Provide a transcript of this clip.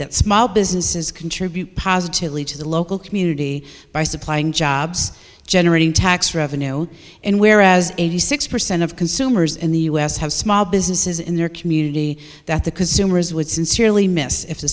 that small businesses contribute positively to the local community by supplying jobs generating tax revenue and whereas eighty six percent of consumers in the us have small businesses in their community that the consumers would sincerely miss if